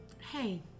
Hey